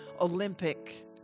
Olympic